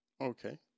Okay